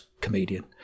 comedian